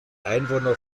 einwohner